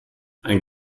ein